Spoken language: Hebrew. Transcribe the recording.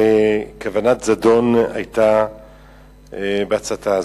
שכוונת זדון היתה בהצתה הזאת.